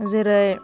जेरै